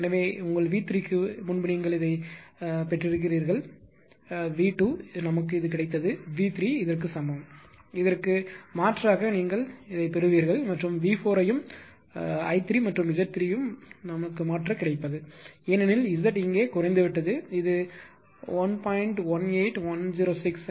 எனவே உங்கள் V3 க்கு முன்பு நீங்கள் இதைப் பெற்றீர்கள் V2 எங்களுக்கு இது கிடைத்தது V3 இதற்கு சமம் இதற்கு மாற்றாக நீங்கள் பெறுவீர்கள் மற்றும் V4 ஐயும் I3 மற்றும் Z3 ஐ மாற்ற கிடைப்பது ஏனெனில் Z இங்கே குறைந்துவிட்டது இது 1